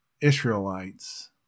Israelites